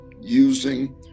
using